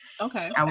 Okay